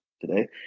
today